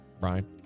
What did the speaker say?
Brian